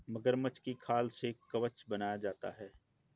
मगरमच्छ की खाल से कवच बनाया जाता है